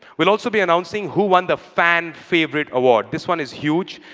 we'll also be announcing who won the fan favorite award. this one is huge.